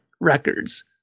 records